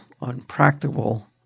Unpractical